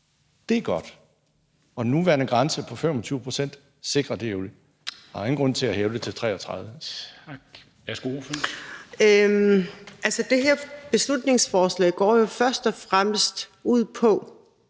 Det er godt, og den nuværende grænse på 25 pct. sikrer det jo. Der er ingen grund til at hæve det til 33